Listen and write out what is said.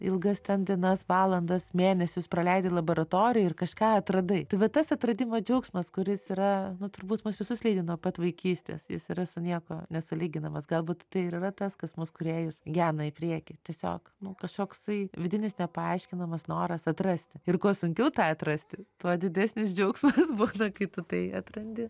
ilgas ten dienas valandas mėnesius praleidi laboratorijoj ir kažką atradai tai vat tas atradimo džiaugsmas kuris yra nu turbūt mus visus lydi nuo pat vaikystės jis yra su niekuo nesulyginamas galbūt tai ir yra tas kas mus kūrėjus gena į priekį tiesiog nu kažkoksai vidinis nepaaiškinamas noras atrasti ir kuo sunkiau tą atrasti tuo didesnis džiaugsmas būna kai tu tai atrandi